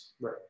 Right